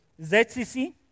ZCC